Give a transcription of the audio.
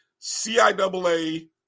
CIAA